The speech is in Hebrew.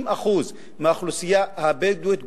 90% מהאוכלוסייה הבדואית גורשו.